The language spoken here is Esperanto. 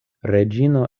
reĝino